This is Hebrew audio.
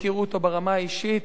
הכירו אותו ברמה האישית.